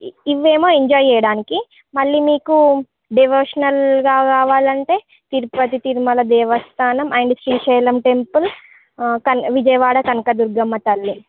ఇవేమో ఎంజాయ్ చేయటానికి మళ్లీ మీకు డివోషనల్గా కావాలంటే తిరుపతి తిరుమల దేవస్థానం అండ్ శ్రీశైలం టెంపుల్ అ కన్ విజయవాడ కనకదుర్గమ్మ తల్లి